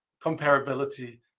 comparability